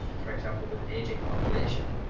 for example, with an aging population,